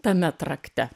tame trakte